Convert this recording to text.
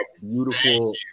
beautiful